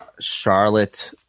Charlotte